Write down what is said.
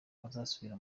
azasubira